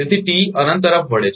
તેથી ટી અનંત તરફ વળે છે